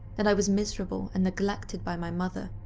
that i was miserable and neglected by my mother.